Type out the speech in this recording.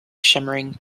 shimmering